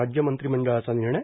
राज्य मंत्रिमंडळाचा निर्णय